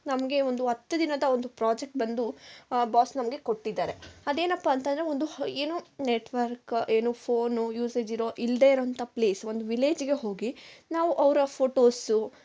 ನಮಗೆ ಒಂದು ಹತ್ತು ದಿನದ ಒಂದು ಪ್ರೊಜೆಕ್ಟ್ ಬಂದು ಬಾಸ್ ನಮಗೆ ಕೊಟ್ಟಿದ್ದಾರೆ ಅದೇನಪ್ಪ ಅಂತೆಂದ್ರೆ ಒಂದು ಏನು ನೆಟ್ ವರ್ಕ್ ಏನು ಫೋನು ಯೂಸೇಜ್ ಇರೋ ಇಲ್ಲದೇ ಇರೋಂಥ ಪ್ಲೇಸ್ ಒಂದು ವಿಲ್ಲೇಜ್ಗೆ ಹೋಗಿ ನಾವು ಅವರ ಫೋಟೋಸು